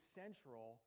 central